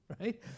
right